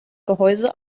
gehäuse